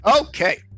Okay